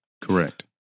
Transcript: Correct